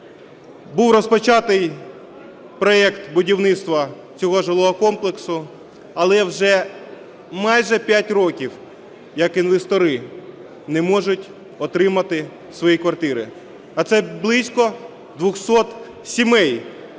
був розпочатий проект будівництва цього жилого комплексу, але вже майже 5 років як інвестори не можуть отримати свої квартири, а це близько 200 сімей,